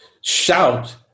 shout